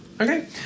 Okay